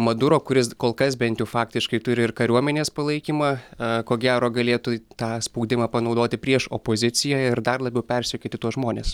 maduro kuris kol kas bent jau faktiškai turi ir kariuomenės palaikymą ko gero galėtų tą spaudimą panaudoti prieš opoziciją ir dar labiau persekioti tuos žmones